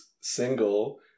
single